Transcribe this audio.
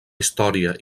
història